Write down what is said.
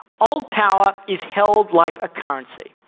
old power is held like a currency.